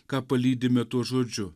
ką palydime tuo žodžiu